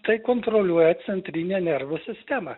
tai kontroliuoja centrinė nervų sistema